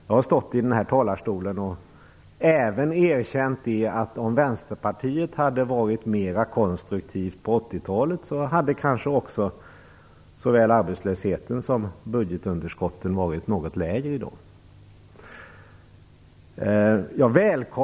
Jag har stått i den här talarstolen och erkänt att om Vänsterpartiet hade varit mer konstruktivt på 80-talet, så hade kanske såväl arbetslösheten som budgetunderskotten varit något lägre i dag.